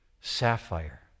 sapphire